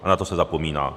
A na to se zapomíná.